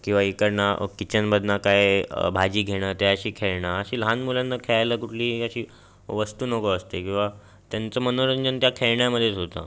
किंवा इकडनं किचनमधनं काय भाजी घेणं त्याशी खेळणं अशी लहान मुलांना खेळायला कुठली हे अशी वस्तू नको असते किंवा त्यांचं मनोरंजन त्या खेळण्यामध्येच होतं